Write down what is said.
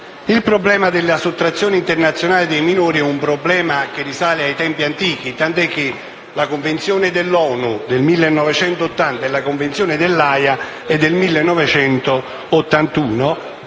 Il problema della sottrazione internazionale dei minori risale a tempi antichi, tant'è che la Convenzione dell'ONU del 1980 e la Convenzione dell'Aja del 1981